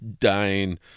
dying